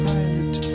Pilot